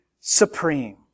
supreme